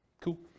Cool